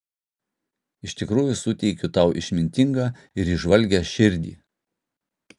iš tikrųjų suteikiu tau išmintingą ir įžvalgią širdį